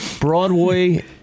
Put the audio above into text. Broadway